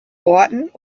orten